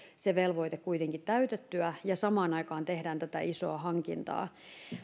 se velvoite kuitenkin täytettyä ja samaan aikaan tehdään tätä isoa hankintaa